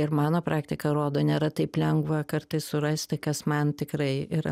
ir mano praktika rodo nėra taip lengva kartais surasti kas man tikrai yra